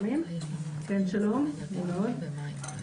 שלום, נעים מאוד.